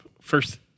First